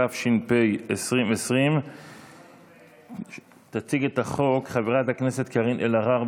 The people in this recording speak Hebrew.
התש"ף 2020. תציג את החוק חברת הכנסת קארין אלהרר,